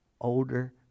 older